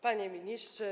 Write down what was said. Panie Ministrze!